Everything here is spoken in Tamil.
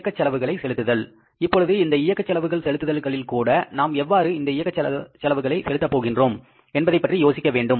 இயக்கச் செலவுகளை செலுத்துதல் இப்பொழுது இந்த இயக்க செலவுகள் செலுத்துதல்களில் கூட நாம் எவ்வாறு இந்த இயக்க செலவுகளை செலுத்தப் போகிறோம் என்பதை பற்றி யோசிக்க வேண்டும்